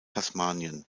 tasmanien